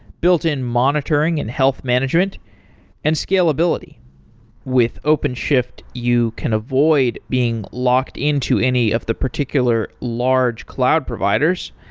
built-in monitoring and health management and scalability with openshift, you can avoid being locked into any of the particular large cloud providers.